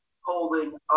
holding